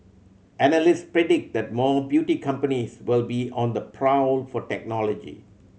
analyst predict that more beauty companies will be on the prowl for technology